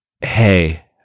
hey